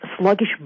Sluggish